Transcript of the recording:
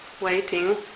waiting